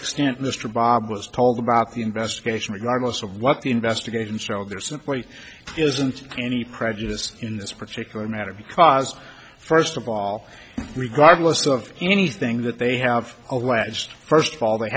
extent mr bob was told about the investigation regardless of what the investigation showed there simply isn't any prejudice in this particular matter because first of all regardless of anything that they have alleged first of all they